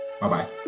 Bye-bye